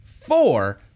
four